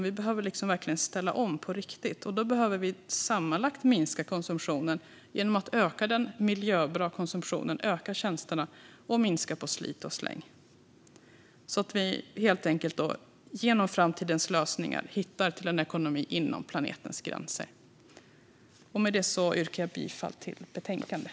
Vi behöver ställa om på riktigt. Då behöver vi sammanlagt minska konsumtionen genom att öka den miljöbra konsumtionen, öka tjänsterna och minska på slit och släng, så att vi genom framtidens lösningar hittar till en ekonomi inom planetens gränser. Med det yrkar jag bifall till förslaget i betänkandet.